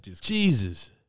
Jesus